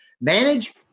Manage